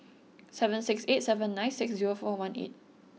seven six eight seven nine six zero four one eight